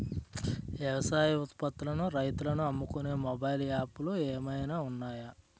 వ్యవసాయ ఉత్పత్తులను రైతులు అమ్ముకునే మొబైల్ యాప్ లు ఏమైనా ఉన్నాయా?